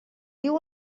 diu